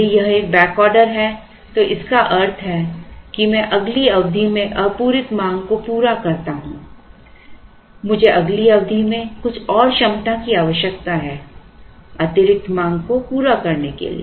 यदि यह एक बैक ऑर्डर है तो इसका अर्थ है कि मैं अगली अवधि में अपूरीत मांग को पूरा करता हूं मुझे अगली अवधि में कुछ और क्षमता की आवश्यकता है अतिरिक्त मांग को पूरा करने के लिए